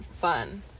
fun